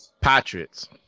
Patriots